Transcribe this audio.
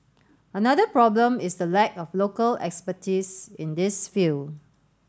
another problem is the lack of local expertise in this field